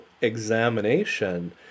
examination